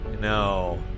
No